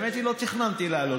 האמת היא שלא תכננתי לעלות.